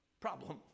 problem